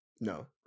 No